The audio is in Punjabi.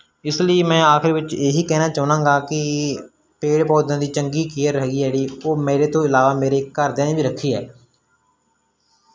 ਇਸ ਲਈ ਮੈਂ ਆਖਿਰ ਵਿੱਚ ਇਹੀ ਕਹਿਣਾ ਚਾਹੁੰਦਾ ਗਾ ਕਿ ਪੇੜ ਪੌਦਿਆਂ ਦੀ ਚੰਗੀ ਕੇਅਰ ਹੈਗੀ ਆ ਜਿਹੜੀ ਉਹ ਮੇਰੇ ਤੋਂ ਇਲਾਵਾ ਮੇਰੇ ਘਰਦਿਆਂ ਨੇ ਵੀ ਰੱਖੀ ਹੈ